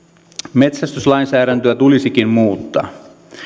metsästyslainsäädäntöä tulisikin muuttaa